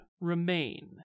remain